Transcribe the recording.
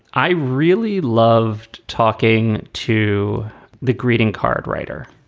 i really loved talking to the greeting card writer.